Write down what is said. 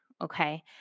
Okay